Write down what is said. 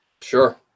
Sure